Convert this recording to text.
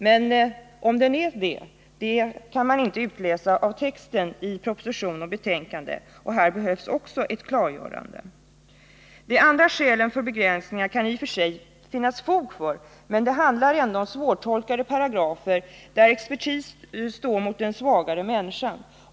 Men om den är det kan maninte utläsa av texten i proposition och betänkande, och här behövs också ett klargörande. De andra skälen för begränsningar kan det i och för sig finnas fog för, men det handlar om svårtolkade paragrafer där expertis står mot den svagare människan.